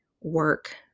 work